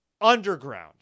underground